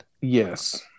Yes